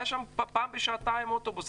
היה פעם בשעתיים אוטובוס.